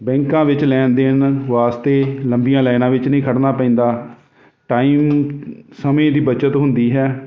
ਬੈਂਕਾਂ ਵਿੱਚ ਲੈਣ ਦੇਣ ਵਾਸਤੇ ਲੰਬੀਆਂ ਲਾਈਨਾਂ ਵਿੱਚ ਨਹੀਂ ਖੜਨਾ ਪੈਂਦਾ ਟਾਈਮ ਸਮੇਂ ਦੀ ਬੱਚਤ ਹੁੰਦੀ ਹੈ